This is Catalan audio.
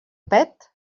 pet